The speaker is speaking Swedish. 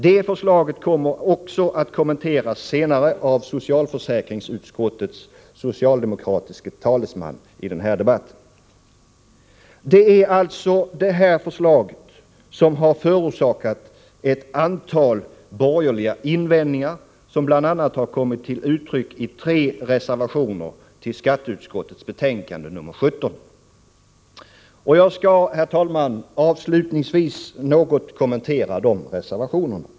Det förslaget kommer att kommenteras av socialförsäkringsutskottets socialdemokratiske talesman i denna debatt. Det är alltså dessa förslag som har förorsakat ett antal borgerliga invändningar, som b. a. kommit till uttryck i tre reservationer till skatteutskottets betänkande nr 17. Jag skall, herr talman, avslutningsvis något kommentera de reservationerna.